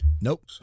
Nope